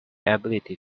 ability